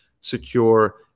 secure